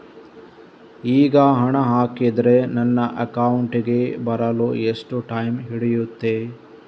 ಈಗ ಹಣ ಹಾಕಿದ್ರೆ ನನ್ನ ಅಕೌಂಟಿಗೆ ಬರಲು ಎಷ್ಟು ಟೈಮ್ ಹಿಡಿಯುತ್ತೆ?